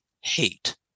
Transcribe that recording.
hate